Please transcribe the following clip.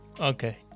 Okay